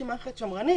שהיא מערכת שמרנית,